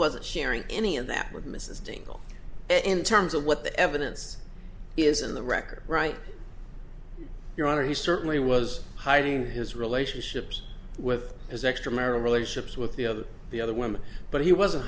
wasn't sharing any of that with mrs dingle in terms of what the evidence is in the record right your honor he certainly was hiding his relationships with his extramarital relationships with the other the other women but he wasn't